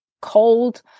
cold